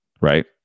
right